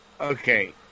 Okay